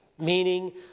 meaning